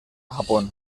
japón